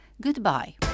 Goodbye